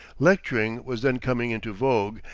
lecturing was then coming into vogue,